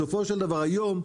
היום,